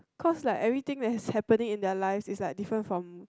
cause like everything that's happening in their life is like different from